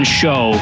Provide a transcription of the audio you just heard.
show